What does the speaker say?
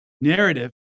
narrative